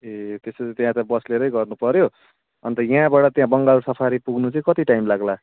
ए त्यसो त त्यहाँ त बस लिएरै गर्नु पऱ्यो अन्त यहाँबाट त्यहाँ बङ्गाल सफारी पुग्नु चाहिँ कति टाइम लाग्ला